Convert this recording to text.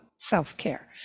self-care